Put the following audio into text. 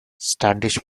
standish